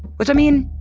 which i mean,